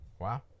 Wow